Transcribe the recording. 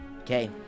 Okay